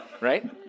Right